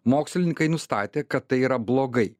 mokslininkai nustatė kad tai yra blogai